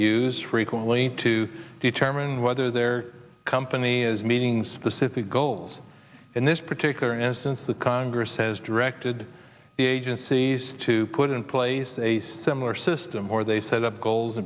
use frequently to determine whether their company is meeting specific goals in this particular instance the congress has directed the agencies to put in place a similar system where they set up goals